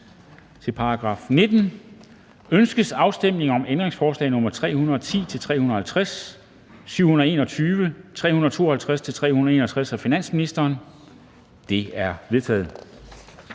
er forkastet. Ønskes afstemning om ændringsforslag nr. 565-567, 724 og 568-574 af finansministeren? De er vedtaget.